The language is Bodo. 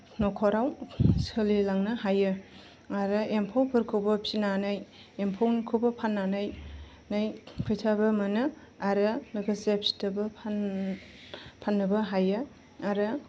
न'खराव सोलिलांनो हायो आरो एम्फौफोरखौबो फिसिनानै एम्फौखौबो फाननानै फैसाबो मोनो आरो लोगोसे फिथोबबो फान फाननोबो हायो आरो